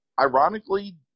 Ironically